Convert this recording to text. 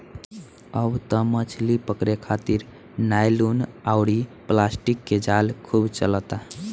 अब त मछली पकड़े खारित नायलुन अउरी प्लास्टिक के जाल खूब चलता